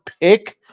pick